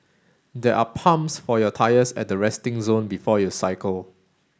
there are pumps for your tyres at the resting zone before you cycle